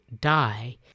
die